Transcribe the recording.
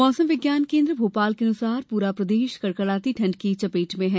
मौसम विज्ञान केन्द्र भोपाल के अनुसार पूरा प्रदेश कड़कडाती ठंड की चपेट में है